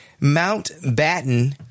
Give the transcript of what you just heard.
Mountbatten